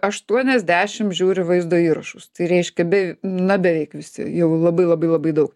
aštuoniasdešim žiūri vaizdo įrašus tai reiškia bev na beveik visi jau labai labai labai dau